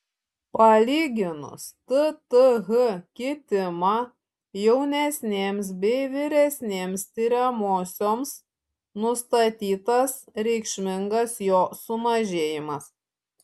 palyginus tth kitimą jaunesnėms bei vyresnėms tiriamosioms nustatytas reikšmingas jo sumažėjimas